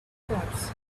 parts